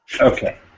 Okay